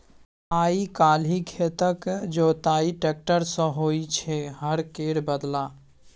आइ काल्हि खेतक जोताई टेक्टर सँ होइ छै हर केर बदला